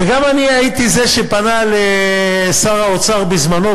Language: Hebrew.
וגם אני הייתי זה שפנה לשר האוצר בזמני,